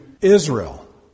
Israel